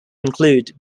include